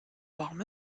warm